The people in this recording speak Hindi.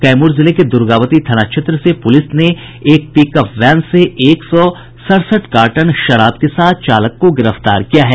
कैमूर जिले के दुर्गावती थाना क्षेत्र से पुलिस ने एक पिकअप वैन से एक सौ सड़सठ कार्टन विदेशी शराब के साथ चालक को गिरफ्तार किया है